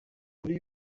kuri